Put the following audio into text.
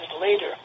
later